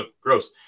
gross